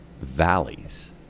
valleys